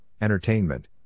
entertainment